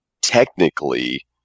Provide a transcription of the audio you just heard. technically